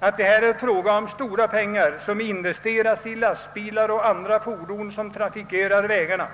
att det är stora pengar, som investerats i de lastbilar och andra fordon, vilka trafikerar vägarna.